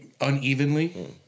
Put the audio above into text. unevenly